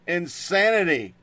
insanity